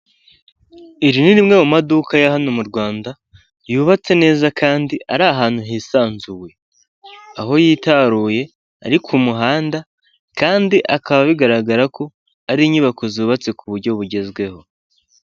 Iri ni rimwe mu maduka ya hano m'u Rwanda, yubatse neza kandi ari ahantu hisanzuye, aho yitaruye ari ku muhanda kandi akaba bigaragara ko ari inyubako zubatse ku buryo bugezweho.